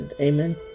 Amen